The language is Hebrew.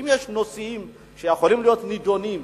אם יש נושאים שיכולים להיות נדונים,